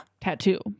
Tattoo